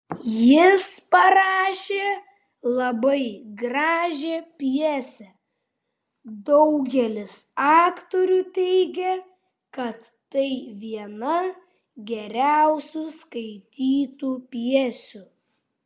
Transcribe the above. jis parašė labai gražią pjesę daugelis aktorių teigia kad tai viena geriausių skaitytų pjesių